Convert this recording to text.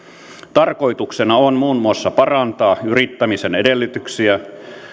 tarkoituksena on muun muassa parantaa yrittämisen edellytyksiä